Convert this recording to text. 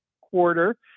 quarter